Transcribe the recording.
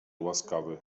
łaskawy